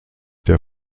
der